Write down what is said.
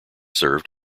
served